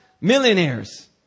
millionaires